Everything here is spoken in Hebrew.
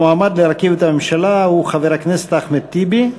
המועמד להרכיב את הממשלה הוא חבר הכנסת אחמד טיבי.